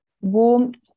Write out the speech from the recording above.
warmth